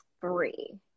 three